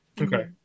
okay